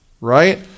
right